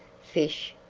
fish,